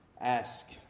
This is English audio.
ask